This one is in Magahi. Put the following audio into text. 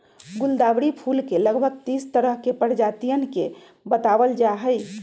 गुलदावरी फूल के लगभग तीस तरह के प्रजातियन के बतलावल जाहई